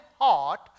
heart